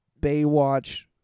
Baywatch